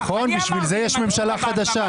נכון, בשביל זה יש ממשלה חדשה.